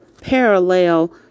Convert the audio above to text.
parallel